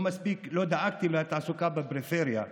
לא מספיק שלא דאגתם לתעסוקה בפריפריה,